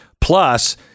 Plus